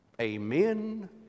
Amen